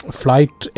flight